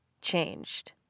changed